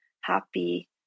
happy